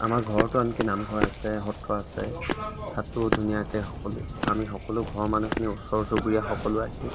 আমাৰ ঘৰতো আনকি নামঘৰ আছে সত্ৰ আছে তাতো ধুনীয়াকৈ সকলোৱে আমি সকলো ঘৰৰ মানুহখিনিও ওচৰ চুবুৰীয়া সকলো আহি